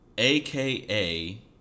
aka